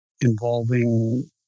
involving